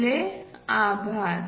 आपले आभार